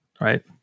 right